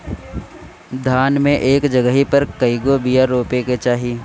धान मे एक जगही पर कएगो बिया रोपे के चाही?